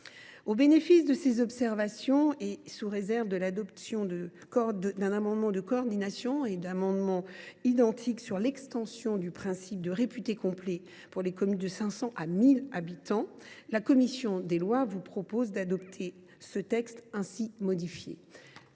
le bénéfice de ces observations et sous réserve de l’adoption d’un amendement de coordination et de trois amendements identiques sur l’extension du principe du « réputé complet » pour les communes de 500 à 999 habitants, la commission des lois vous propose d’adopter cette proposition